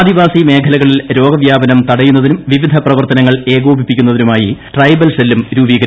ആദിവാസി മേഖലകളിൽ രോഗ വ്യാപനം തടയുന്നതിനും വിവിധ പ്രവർത്തനങ്ങൾ ഏകോപിപ്പിക്കുന്നതിനുമായി ട്രൈബൽ സെല്ലും രൂപീകരിച്ചിട്ടുണ്ട്